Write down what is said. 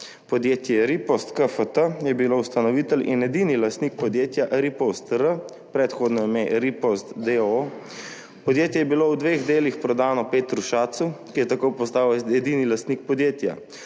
Podjetje Ripost Kft. je bilo ustanovitelj in edini lastnik podjetja R-POST-R, predhodno ime RIPOST, d. o. o. Podjetje je bilo v dveh delih prodano Petru Schatzu, ki je tako postal edini lastnik podjetja.